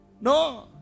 No